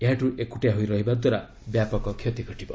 ଏହାଠୁ ଏକୁଟିଆ ହୋଇ ରହିବା ଦ୍ୱାରା ବ୍ୟାପକ କ୍ଷତି ଘଟିବ